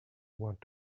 want